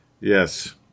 Yes